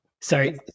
Sorry